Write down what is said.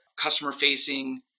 customer-facing